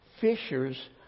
fishers